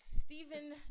Stephen